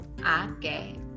Okay